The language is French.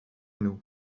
nous